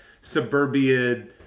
suburbia